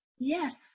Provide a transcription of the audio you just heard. Yes